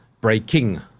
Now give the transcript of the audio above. breaking